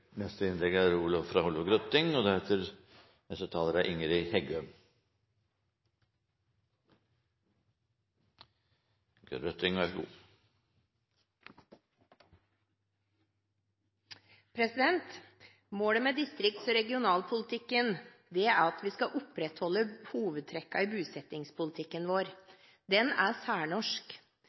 og økt bosetting. Målet med distrikts- og regionalpolitikken er at vi skal opprettholde hovedtrekkene i bosettingspolitikken vår. Den er særnorsk.